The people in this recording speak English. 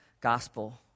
gospel